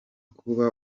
kuba